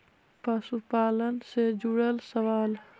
पशुपालन से जुड़ल सवाल?